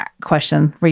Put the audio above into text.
question